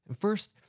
First